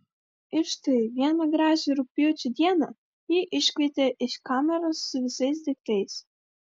ir štai vieną gražią rugpjūčio dieną jį iškvietė iš kameros su visais daiktais